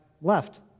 left